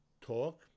talk